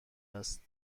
است